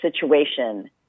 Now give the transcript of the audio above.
situation